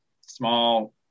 small